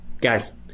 Guys